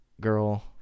girl